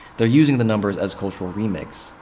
they're using the numbers as cultural remix.